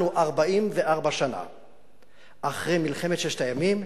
אנחנו 44 שנה אחרי מלחמת ששת הימים,